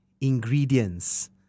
ingredients